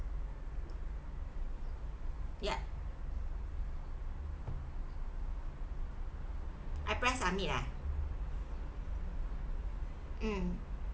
yup I press submit ah mm